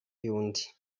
y’undi